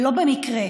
ולא במקרה.